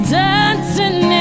dancing